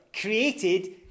created